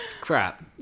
crap